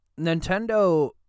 Nintendo